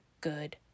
good